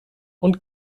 und